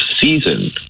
season